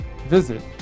Visit